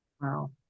Wow